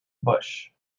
bush